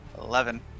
Eleven